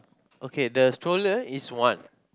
okay the stroller is one